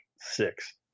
six